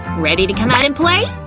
ready to come out and play?